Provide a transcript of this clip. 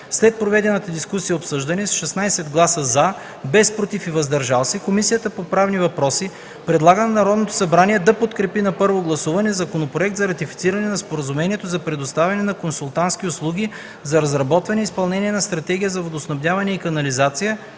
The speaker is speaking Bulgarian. След проведената дискусия и обсъждане, с 16 гласа „за”, без „против” и „въздържали се”, Комисията по правни въпроси предлага на Народното събрание да подкрепи на първо гласуване Законопроект за ратифициране на Споразумението за предоставяне на консултантски услуги за разработване и изпълнение на стратегия за водоснабдяване и канализация